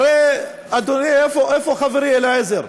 אדוני, איפה חברי אלעזר,